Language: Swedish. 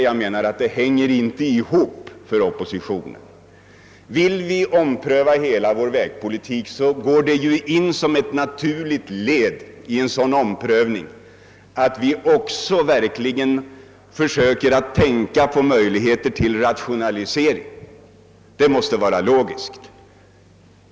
Jag menar att oppositionens resonemang inte hänger ihop. Skall vi ompröva hela vår vägpolitik, ingår som ett naturligt led i en sådan omprövning att vi också undersöker möjligheterna till rationaliseringar — det måste vara helt logiskt.